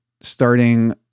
starting